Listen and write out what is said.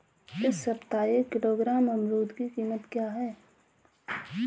इस सप्ताह एक किलोग्राम अमरूद की कीमत क्या है?